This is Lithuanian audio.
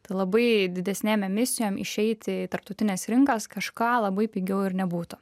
tai labai didesnėm emisijom išeiti į tarptautines rinkas kažką labai pigiau ir nebūtų